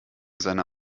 seiner